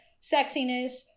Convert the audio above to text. sexiness